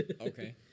Okay